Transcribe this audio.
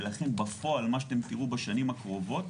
ולכן בפועל מה שאתם תראו בשנים הקרובות